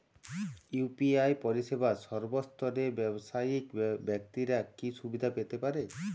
UPI পরিসেবা সর্বস্তরের ব্যাবসায়িক ব্যাক্তিরা কি সুবিধা পেতে পারে?